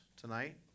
tonight